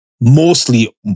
mostly